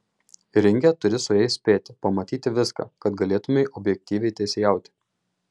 ringe turi su jais spėti pamatyti viską kad galėtumei objektyviai teisėjauti